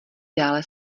dále